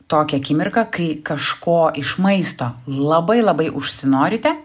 tokią akimirką kai kažko iš maisto labai labai užsinorite